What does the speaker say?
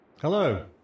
Hello